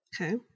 Okay